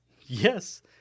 Yes